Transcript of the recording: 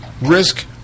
risk